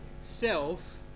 self